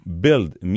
build